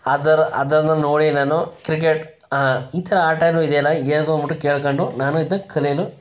ಅದರ ಅದನ್ನು ನೋಡಿ ನಾನು ಕ್ರಿಕೆಟ್ ಈ ಥರ ಆಟನು ಇದೆಯಲ್ಲ ಏನದು ಅಂದುಬಿಟ್ಟು ಕೇಳ್ಕೊಂಡು ನಾನು ಇದನ್ನ ಕಲಿಯಲು